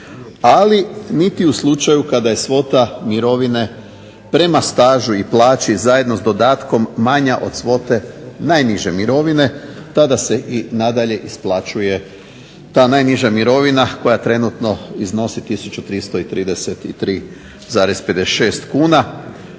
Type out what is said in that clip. ali niti u slučaju kada je svota mirovine prema stažu i plaći zajedno s dodatkom manja od svote najniže mirovine, tada se i nadalje isplaćuje ta najniža mirovina koja trenutno iznosi 1333,56 kuna